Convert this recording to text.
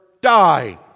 die